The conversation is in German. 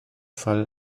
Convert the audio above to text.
fall